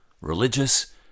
religious